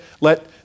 let